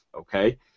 Okay